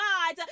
God